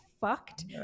fucked